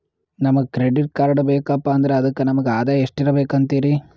ನಮಗ credit card ಬೇಕಪ್ಪ ಅಂದ್ರ ಅದಕ್ಕ ನಮಗ ಆದಾಯ ಎಷ್ಟಿರಬಕು ಅಂತೀರಿ?